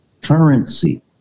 currency